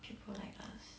people like us